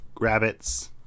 rabbits